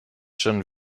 schon